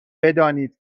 بدانید